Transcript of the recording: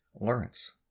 Lawrence